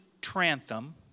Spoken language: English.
Trantham